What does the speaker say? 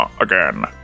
again